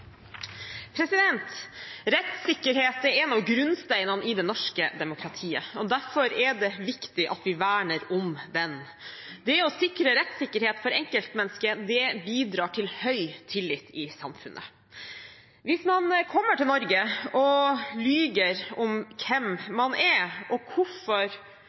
Rettssikkerhet er en av grunnsteinene i det norske demokratiet. Derfor er det viktig at vi verner om den. Det å sikre rettssikkerhet for enkeltmennesket bidrar til høy tillit i samfunnet. Hvis man kommer til Norge og lyver om hvem man er, og om hvorfor